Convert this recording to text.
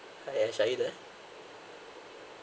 !aiya! sha~